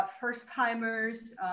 first-timers